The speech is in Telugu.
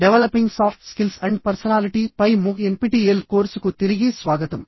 developing soft skills and personality పై మూక్ ఎన్పిటిఇఎల్ కోర్సుకు తిరిగి స్వాగతం